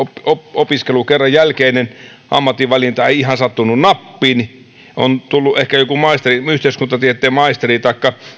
opiskelukerran jälkeinen ammatinvalinta ei ihan sattunut nappiin on tullut ehkä joku maisteri yhteiskuntatieteiden maisteri taikka